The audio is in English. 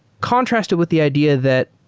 contrast it with the idea that